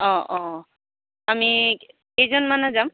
অঁ অঁ আমি কেইজনমানে যাম